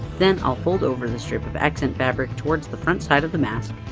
then i'll fold over the strip of accent fabric toward the front side of the mask,